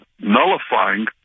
nullifying